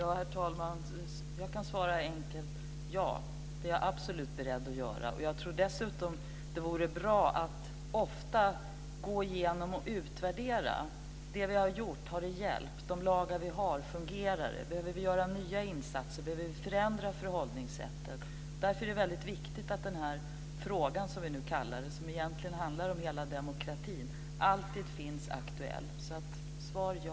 Herr talman! Jag kan svara enkelt. Ja, det är jag absolut beredd att göra. Jag tror dessutom att det vore bra att ofta gå igenom och utvärdera det vi har gjort. Har det hjälpt? Fungerar de lagar vi har? Behöver vi göra nya insatser? Behöver vi förändra förhållningssättet? Därför är det väldigt viktigt att frågan, som vi nu kallar det, som egentligen handlar om hela demokratin, alltid finns aktuell. Svaret är ja.